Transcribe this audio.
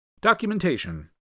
Documentation